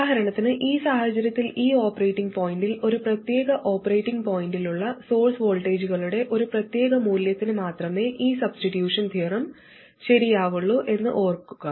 ഉദാഹരണത്തിന് ഈ സാഹചര്യത്തിൽ ഈ ഓപ്പറേറ്റിംഗ് പോയിന്റിൽ ഒരു പ്രത്യേക ഓപ്പറേറ്റിംഗ് പോയിന്റിലുള്ള സോഴ്സ് വോൾട്ടേജുകളുടെ ഒരു പ്രത്യേക മൂല്യത്തിന് മാത്രമെ ഈ സബ്സ്റ്റിട്യൂഷൻ തിയറം ശരിയാവുള്ളു എന്ന് ഓർമ്മിക്കുക